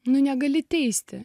negali teisti